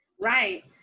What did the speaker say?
Right